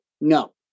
No